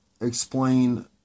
explain